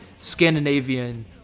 scandinavian